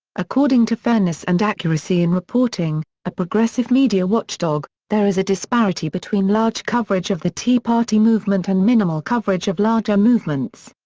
according to fairness and accuracy in reporting, a progressive media watchdog, there is a disparity between large coverage of the tea party movement and minimal coverage of larger movements.